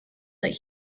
that